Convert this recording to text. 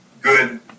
good